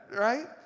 right